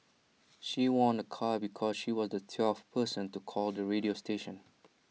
she won A car because she was the twelfth person to call the radio station